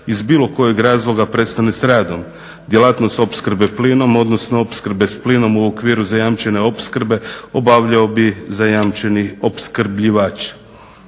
iz bilo kojeg razloga prestane s radom. Djelatnost opskrbe plinom odnosno opskrbe s plinom u okviru zajamčene opskrbe obavljao bi zajamčeni opskrbljivač.